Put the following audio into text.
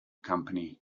company